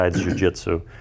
jujitsu